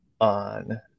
on